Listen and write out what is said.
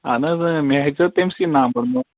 اَہَن حظ اۭں مےٚ ہیٚژیو تٔمسٕے نَمٛبَر